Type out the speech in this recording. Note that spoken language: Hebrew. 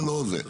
אבל,